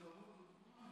אז אמרתי לו: